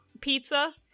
pizza